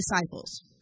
disciples